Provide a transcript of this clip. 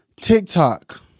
tiktok